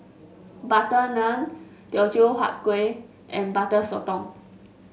butter naan Teochew Huat Kueh and Butter Sotong